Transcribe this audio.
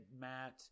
matt